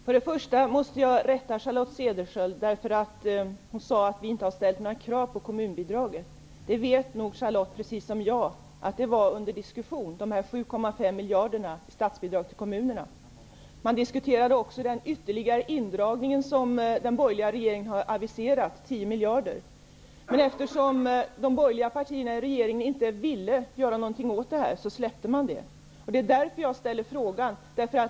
Herr talman! Jag måste rätta Charlotte Cederschiöld på en punkt. Hon sade att vi inte har ställt några krav på kommunbidraget. Charlotte Cederschiöld vet nog, likaväl som jag, att dessa 7,5 miljarder i statsbidrag till kommunerna var under diskussion. Man diskuterade också den ytterligare indragning på 10 miljarder som den borgerliga regeringen har aviserat. Eftersom de borgerliga partierna i regeringen inte ville göra något åt detta, släppte man det. Därför ställde jag min fråga.